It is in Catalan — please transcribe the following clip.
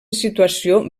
situació